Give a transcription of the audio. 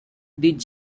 did